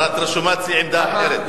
את הרי רשומה אצלי לעמדה אחרת.